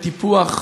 בטיפוח.